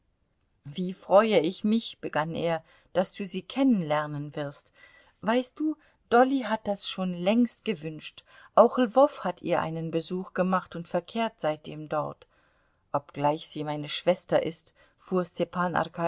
wie freue ich mich begann er daß du sie kennenlernen wirst weißt du dolly hat das schon längst gewünscht auch lwow hat ihr einen besuch gemacht und verkehrt seitdem dort obgleich sie meine schwester ist fuhr